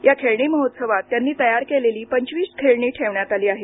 या खेळणी महोत्सवात त्यांनी तयार केलेली पंचवीस खेळणी ठेवण्यात आली आहेत